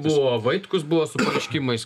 buvo vaitkus buvo su pareiškimais